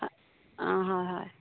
অঁ হয় হয়